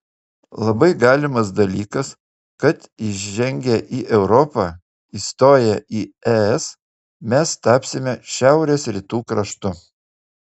labai galimas dalykas kad įžengę į europą įstoję į es mes tapsime šiaurės rytų kraštu